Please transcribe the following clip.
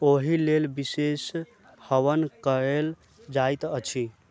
ओही लेल विशेष हवन कएल जाइत अछि